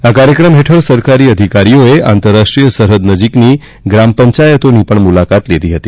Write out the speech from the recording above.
આ કાર્યક્રમ હેઠળ સરકારી અધિકારીઓએ આંતરરાષ્ટ્રીય સરહદ નજીકની ગ્રામ પંચાયતોની પણ મુલાકાત લીધી હતી